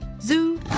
Zoo